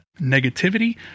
negativity